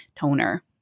toner